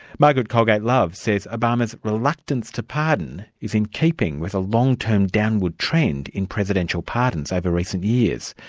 margaret colgate love says obama's reluctance to pardon is in keeping with a long-term downward trend in presidential pardons over recent years.